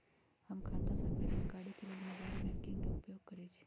हम खता सभके जानकारी के लेल मोबाइल बैंकिंग के उपयोग करइछी